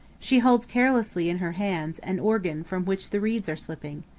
she holds carelessly in her hands an organ from which the reeds are slipping.